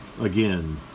again